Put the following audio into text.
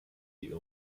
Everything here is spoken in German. die